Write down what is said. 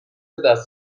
دست